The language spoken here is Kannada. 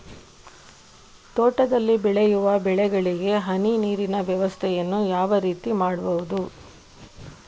ತೋಟದಲ್ಲಿ ಬೆಳೆಯುವ ಬೆಳೆಗಳಿಗೆ ಹನಿ ನೀರಿನ ವ್ಯವಸ್ಥೆಯನ್ನು ಯಾವ ರೀತಿಯಲ್ಲಿ ಮಾಡ್ಬಹುದು?